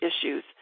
issues